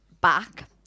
back